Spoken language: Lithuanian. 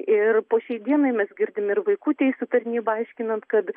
ir po šiai dienai mes girdime ir vaikų teisių tarnybą aiškinant kad